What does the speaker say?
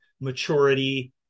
maturity